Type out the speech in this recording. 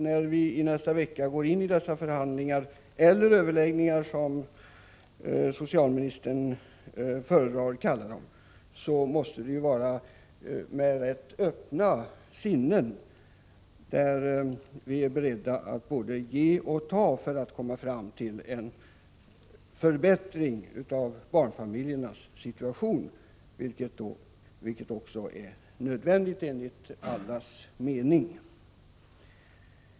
När vi i nästa vecka går in i dessa överläggningar, som socialministern föredrar att kalla dem, måste det ske med rätt öppna sinnen, så att vi är beredda att både ge och ta för att komma fram till en förbättring av barnfamiljernas situation. Denna förbättring är ju enligt allas mening nödvändig.